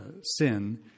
sin